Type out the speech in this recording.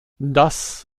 das